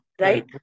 right